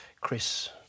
Chris